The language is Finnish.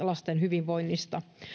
lasten hyvinvoinnista